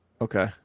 Okay